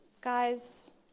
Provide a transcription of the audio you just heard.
Guys